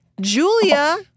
Julia